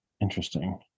Interesting